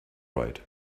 right